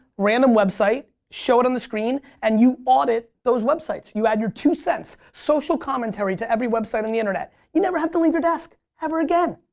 random website show it on the screen and you audit those websites. you add your two cents. social commentary to every website on the internet. you would never have to leave your desk, ever again.